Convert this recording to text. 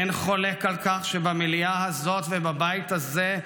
אין חולק על כך שבמליאה הזאת ובבית הזה,